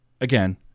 again